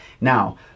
Now